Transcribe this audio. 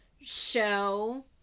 show